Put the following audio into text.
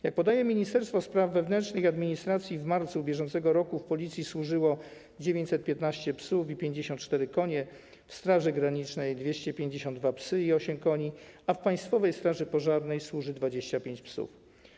Jak podaje Ministerstwo Spraw Wewnętrznych i Administracji, w marcu br. w Policji służyło 915 psów i 54 konie, w Straży Granicznej - 252 psy i 8 koni, a w Państwowej Straży Pożarnej służyło 25 psów.